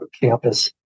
campus